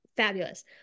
Fabulous